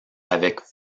avec